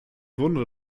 wunder